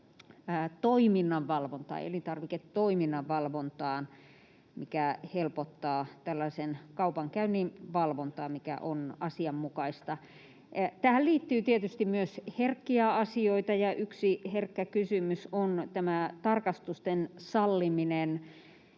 elintarviketoiminnan valvontaan, mikä helpottaa tällaisen kaupankäynnin valvontaa, mikä on asianmukaista. Tähän liittyy tietysti myös herkkiä asioita, ja yksi herkkä kysymys on tämä tarkastusten salliminen